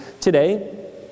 today